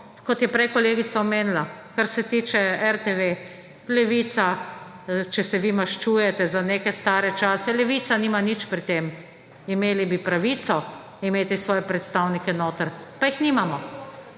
kot je prej omenila kolegica, kar se tiče RTV, če se vi maščujete za neke stare čase, Levica nima nič pri tem. Imeli bi pravico imeti svoje predstavnike notri, pa jih nimamo.